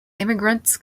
immigrants